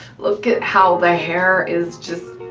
look at how the hair is just.